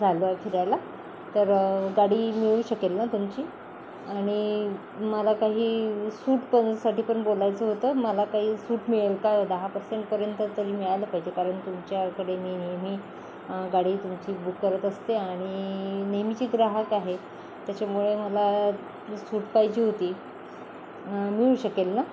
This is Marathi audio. चाललो आहे फिरायला तर गाडी मिळू शकेल ना तुमची आणि मला काही सूट पण साठी पण बोलायचं होतं मला काही सूट मिळेल का दहा पर्सेंटपर्यंत तर तरी मिळालं पाहिजे कारण तुमच्याकडे मी नेहमी गाडी तुमची बुक करत असते आणि नेहमीची ग्राहक आहे त्याच्यामुळे मला सूट पाहिजे होती मिळू शकेल ना